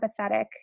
empathetic